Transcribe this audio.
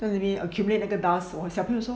pay already accumulate 那个 dust 小朋友说